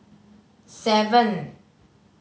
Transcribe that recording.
seven